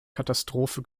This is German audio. katastrophe